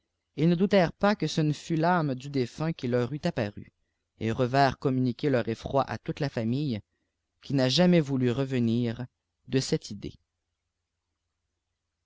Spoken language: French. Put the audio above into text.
ils ne doutèrent pas que ce ne fût tâme du défunt qui leur eût apparu et revinrent communiquer leur effroi à toute la famille qui n'a jamais voulu revenir de cette idée